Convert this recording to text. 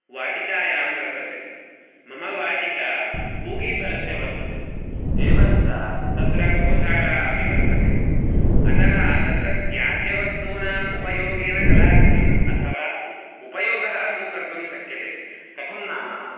वाटिकायां वर्तते मम वाटिका पूगीफलस्य वर्तते एवं च तत्र गोशाला अपि वर्तते अतः तत्र त्याज्यवस्तूनाम् उपयोगेन कलाकृतिम् अथवा उपयोगः तु कर्तुं शक्यते कथं नाम